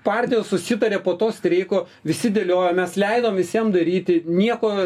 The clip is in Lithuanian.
partijos susitarė po to streiko visi dėliojomės leidom visiem daryti nieko